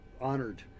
honored